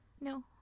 No